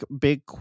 big